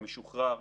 המשוחרר,